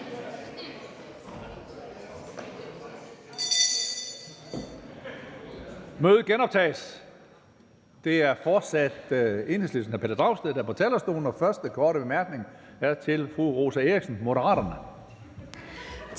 Mødet genoptages. Det er fortsat Enhedslistens hr. Pelle Dragsted, der er på talerstolen. Første korte bemærkning er til fru Rosa Eriksen, Moderaterne.